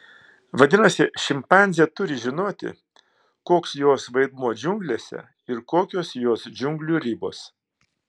vadinasi šimpanzė turi žinoti koks jos vaidmuo džiunglėse ir kokios jos džiunglių ribos